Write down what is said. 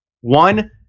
one